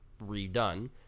redone